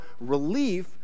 relief